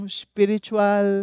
spiritual